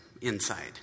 inside